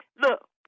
Look